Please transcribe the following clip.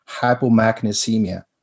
hypomagnesemia